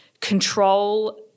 control